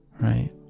right